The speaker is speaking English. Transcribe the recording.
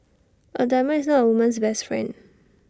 A diamond is not A woman's best friend